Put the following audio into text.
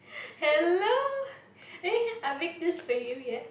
hello I baked this for you yeah